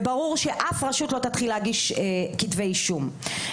וברור שאף רשות לא תתחיל להגיש כתבי אישום.